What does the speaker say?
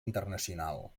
internacional